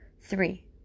three